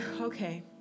okay